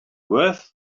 worth